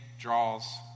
draws